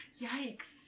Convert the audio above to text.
Yikes